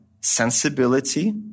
sensibility